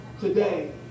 today